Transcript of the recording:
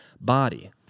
body